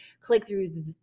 click-through